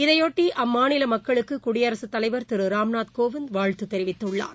இதையொட்டி அம்மாநிலமக்களுக்குகுடியரசுத் தலைவர் திருராம்நாத் கோவிந்த் வாழ்த்துதெரிவித்துள்ளார்